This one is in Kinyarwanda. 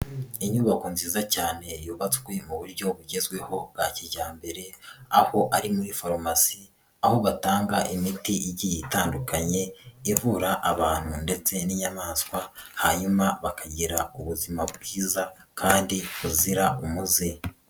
Inyubako nziza cyane yubatswe mu buryo bugezweho bwa kijyambere aho ari muri farumasi aho batanga imiti igiye itandukanye ivura abantu ndetse n'inyamaswa hanyuma bakagira ubuzima bwiza kandi buzira umuze.